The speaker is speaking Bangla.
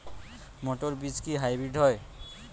মটর বীজ কি হাইব্রিড হয়?